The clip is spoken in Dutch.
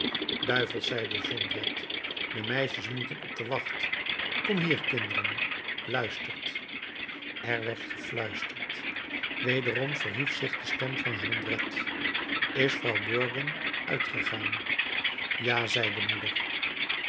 duivels zei jondrette de meisjes moeten op de wacht komt hier kinderen luistert er werd gefluisterd wederom verhief zich de stem van jondrette is vrouw burgon uitgegaan ja zei de moeder